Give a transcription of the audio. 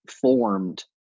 formed